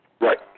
Right